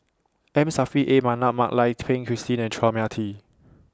M Saffri A Manaf Mak Lai Peng Christine and Chua Mia Tee